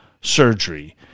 surgery